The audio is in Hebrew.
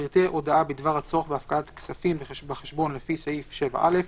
פרטי הודעה בדבר הצורך בהפקדת כספים בחשבון לפי סעיף 7א,